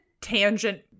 tangent